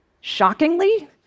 Shockingly